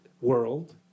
world